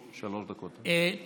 שלוש דקות, בבקשה.